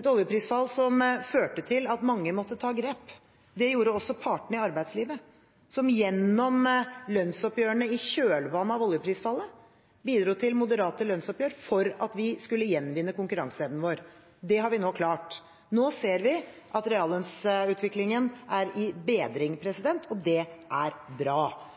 et oljeprisfall som førte til at mange måtte ta grep. Det gjorde også partene i arbeidslivet, som gjennom lønnsoppgjørene i kjølvannet av oljeprisfallet bidro til moderate lønnsoppgjør for at vi skulle gjenvinne konkurranseevnen vår. Det har vi nå klart. Nå ser vi at reallønnsutviklingen er i bedring, og det er bra.